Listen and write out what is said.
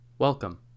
Welcome